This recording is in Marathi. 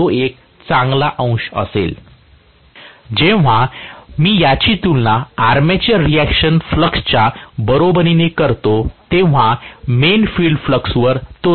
जो एक चांगला अंश असेल जेव्हा मी याची तुलना आर्मेचर रिएक्शन फ्लक्सच्या बरोबरीनेच करतो तेव्हा मेन फील्ड फ्लक्सवर तो नक्कीच भारी टोल घेईल